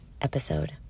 episode